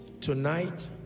tonight